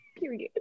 Period